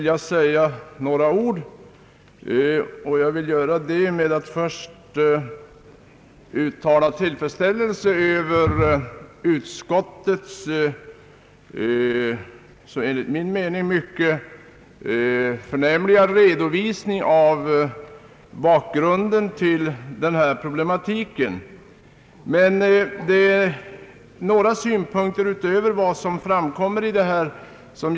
Jag vill först uttala tillfredsställelse över utskottets enligt min mening mycket förnämliga redovisning av den problematik som utgör bakgrunden till motionerna i detta ärende.